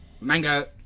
Mango